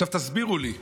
עכשיו תסבירו לי,